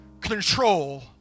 control